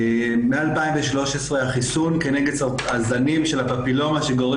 מ-2013 החיסון נגד הזנים של הפפילומה שגורמים